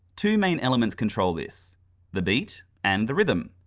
two main elements control this the beat and the rhythm.